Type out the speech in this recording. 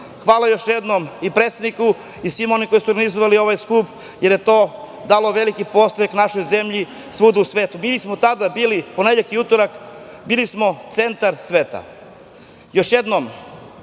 ima. Hvala još jednom i predsedniku i svim onima koji su organizovali ovaj skup, jer je to dalo veliki podstrek našoj zemlji svuda u svetu. U ponedeljak i utorak bili smo centar sveta. Još jednom